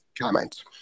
comment